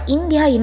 India